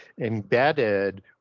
embedded